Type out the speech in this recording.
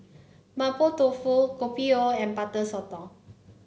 Mapo Tofu Kopi O and Butter Sotong